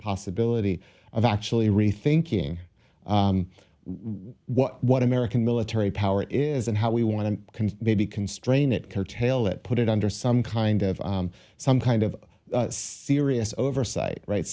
possibility of actually rethinking what american military power is and how we want to be constrain it curtail it put it under some kind of some kind of serious oversight right